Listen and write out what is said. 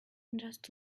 just